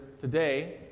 today